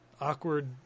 awkward